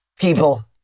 people